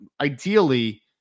ideally